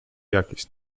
jakieś